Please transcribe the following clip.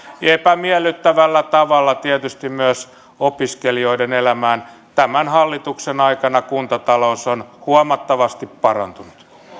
epämiellyttävällä tavalla tietysti myös opiskelijoiden elämään tämän hallituksen aikana kuntatalous on huomattavasti parantunut